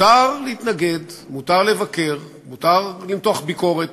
מותר להתנגד, מותר לבקר, מותר למתוח ביקורת,